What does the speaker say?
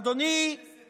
אדוני